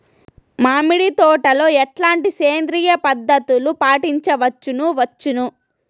మామిడి తోటలో ఎట్లాంటి సేంద్రియ పద్ధతులు పాటించవచ్చును వచ్చును?